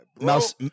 mouse